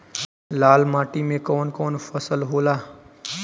लाल माटी मे कवन कवन फसल होला?